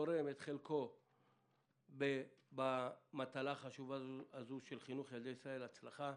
שתורם חלקו במטלה החשובה הזו של חינוך ילדי ישראל הצלחה.